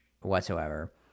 whatsoever